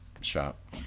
shop